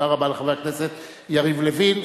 תודה רבה לחבר הכנסת יריב לוין.